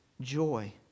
joy